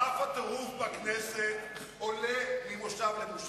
רף הטירוף בכנסת עולה ממושב למושב.